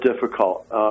difficult